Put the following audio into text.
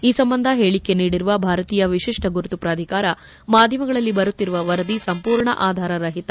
ಈ ಸಂಬಂಧ ಹೇಳಿಕೆ ನೀಡಿರುವ ಭಾರತೀಯ ವಿಶಿಷ್ಟ ಗುರುತು ಪ್ರಾಧಿಕಾರ ಮಾಧ್ಯಮಗಳಲ್ಲಿ ಬರುತ್ತಿರುವ ವರದಿ ಸಂಪೂರ್ಣ ಆಧಾರರಹಿತ